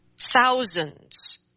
thousands